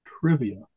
trivia